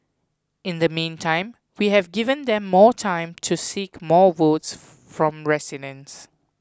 in the meantime we have given them more time to seek more votes from residents